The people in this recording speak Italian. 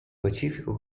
pacifico